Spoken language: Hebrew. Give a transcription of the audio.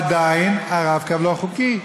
עדיין ה"רב-קו" לא חוקי,